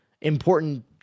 important